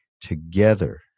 together